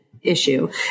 issue